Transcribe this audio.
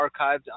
archived